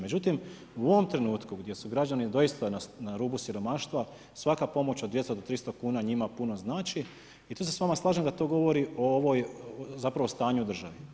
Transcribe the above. Međutim, u ovom trenutku gdje su građani doista na rubu siromaštva, svaka pomoć od 200 do 300 kuna njima puno znači i tu se s vama slažem da to govori o ovoj, zapravo stanju u državi.